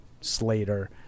Slater